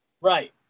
right